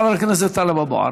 חבר הכנסת טלב אבו עראר.